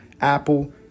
Apple